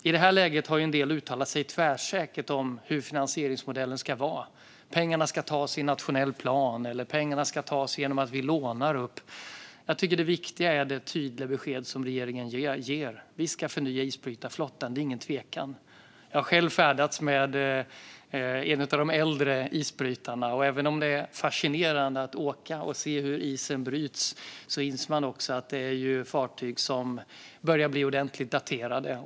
I det här läget har en del uttalat sig tvärsäkert om hur finansieringsmodellen ska vara - pengarna ska tas från nationell plan eller genom att vi lånar upp dem. Jag tycker att det viktiga är det tydliga besked som regeringen ger: Vi ska förnya isbrytarflottan. Det är ingen tvekan om detta. Jag har själv färdats med en av de äldre isbrytarna, och även om det är fascinerande att åka och se hur isen bryts inser man att detta är fartyg som börjar bli ordentligt daterade.